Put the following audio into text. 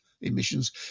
emissions